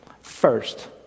first